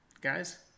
Guys